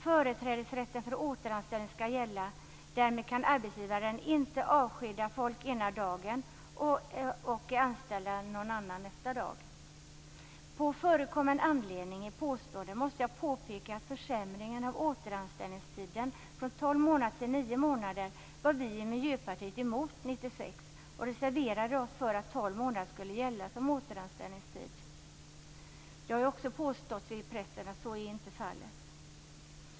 Företrädesrätten för återanställning skall gälla. Därmed kan arbetsgivaren inte avskeda folk ena dagen och anställa någon annan nästa dag. På förekommen anledning måste jag påpeka att vi i Miljöpartiet var emot försämringen av återanställningstiden 1996, från tolv månader till nio månader. Vi reserverade oss för att tolv månader skulle gälla som återanställningstid. Det har också påståtts i pressen att så inte var fallet.